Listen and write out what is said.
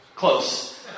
Close